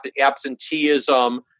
absenteeism